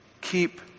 keep